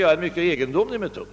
Det är en mycket egendomlig metod.